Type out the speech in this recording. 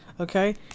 Okay